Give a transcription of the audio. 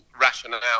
rationale